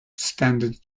standard